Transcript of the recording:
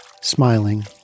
smiling